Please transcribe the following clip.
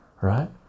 right